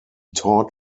taught